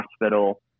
hospital